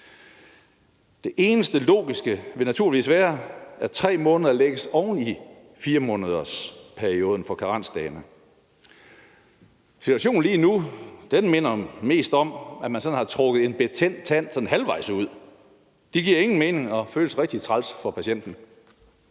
Det eneste logiske vil naturligvis være, at der lægges 3 måneder oven i 4-månedersperioden for karensdagene. Situationen lige nu minder mest om, at man har trukket en betændt tand sådan halvvejs ud; det giver ingen mening og føles rigtig træls for patienten.